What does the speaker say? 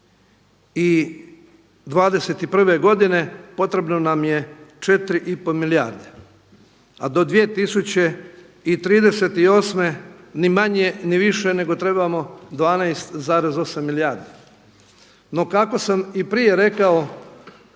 2021. godine potrebno nam je 4 i pol milijarde, a do 2038. ni manje, ni više nego trebamo 12,8 milijardi. No, kako sam i prije rekao